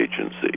agency